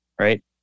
right